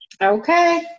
Okay